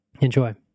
Enjoy